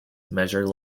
measure